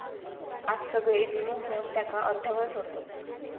आज सगळे वीमो घेवन त्याका अर्ध्यावर सोडतत